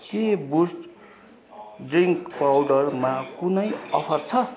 के boost drink पाउडरमा कुनै अफर छ